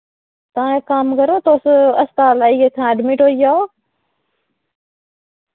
तां इक कम्म करो तुस अस्पातल आइयै इत्थै एडमिट होई जाओ